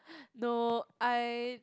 no I